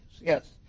Yes